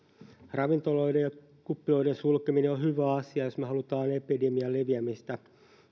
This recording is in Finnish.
ravintoloiden ja kuppiloiden sulkeminen on hyvä asia jos me haluamme epidemian leviämistä